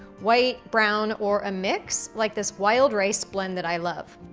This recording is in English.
white, brown, or a mix, like this wild rice blend that i love.